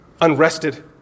unrested